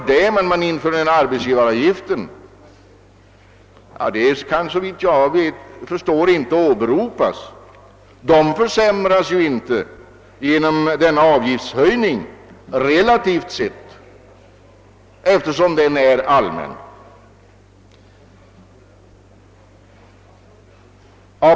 I det sammanhanget har man åberopat transportlättnaderna för Norrland, men såvitt jag förstår kan man inte göra det, ty de försämras ju inte relativt sett genom denna avgiftshöjning, eftersom den är allmän.